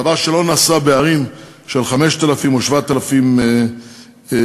דבר שלא נעשה בערים של 5,000 או 7,000 תושבים.